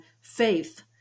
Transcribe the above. faith